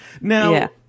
Now